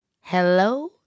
hello